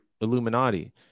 illuminati